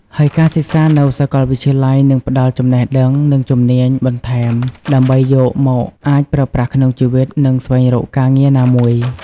ហើយការសិក្សានៅសាកលវិទ្យាល័យនឹងផ្ដល់ចំណេះដឹង និងជំនាញបន្ថែមដើម្បីយកមកអាចប្រើប្រាស់ក្នុងជីវិត និងស្វែងរកការងារណាមួយ។